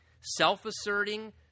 self-asserting